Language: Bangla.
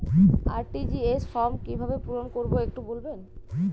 আর.টি.জি.এস ফর্ম কিভাবে পূরণ করবো একটু বলবেন?